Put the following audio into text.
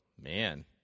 man